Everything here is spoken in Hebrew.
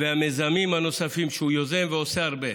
ובמיזמים הנוספים שהוא יוזם, ועושה הרבה,